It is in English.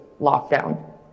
lockdown